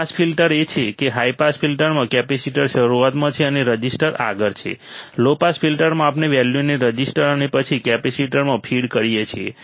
pass filters એ છે કે હાઈ પાસ ફિલ્ટરમાં કેપેસિટર શરુઆતમાં છે અને રઝિસ્ટર આગળ છે લો પાસ ફિલ્ટરમાં આપણે વેલ્યુને રઝિસ્ટર અને પછી કેપેસિટરમાં ફીડ કરીએ છીએ